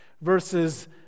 verses